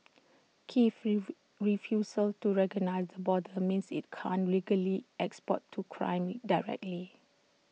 Kiev's refusal to recognise the border means IT can't legally export to Crimea directly